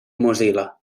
mozilla